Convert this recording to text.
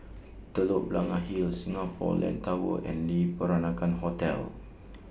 Telok Blangah Hill Singapore Land Tower and Le Peranakan Hotel